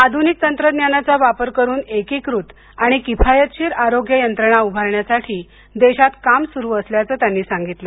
आधुनिक तंत्रज्ञानाचा वापर करून एकीकृत आणि किफायतशीर आरोग्य यंत्रणा उभारण्यासाठी देशात काम सुरू असल्याच त्यांनी सांगितलं